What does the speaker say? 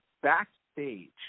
Backstage